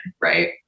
right